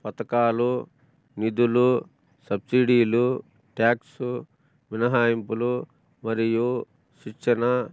పథకాలు నిదులు సబ్సిడీలు ట్యాక్స్ మినహాయింపులు మరియు శిక్షణ